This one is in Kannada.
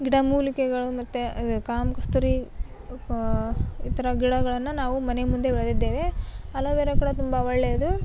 ಗಿಡ ಮೂಲಿಕೆಗಳು ಮತ್ತು ಕಾಮ ಕಸ್ತೂರಿ ಈ ಥರ ಗಿಡಗಳನ್ನು ನಾವು ಮನೆ ಮುಂದೆ ಬೆಳೆದಿದ್ದೇವೆ ಅಲವೇರಗಳು ತುಂಬ ಒಳ್ಳೆಯದು